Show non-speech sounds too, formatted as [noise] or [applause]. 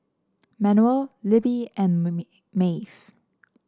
Manuel Libbie and [unintelligible] Maeve